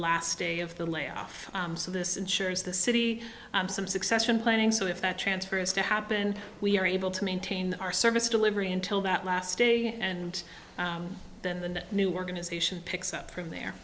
last day of the layoff so this ensures the city some succession planning so if that transfer is to happen we are able to maintain our service delivery until that last day and then the new organization picks up from